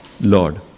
Lord